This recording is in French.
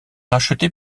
racheté